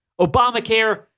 Obamacare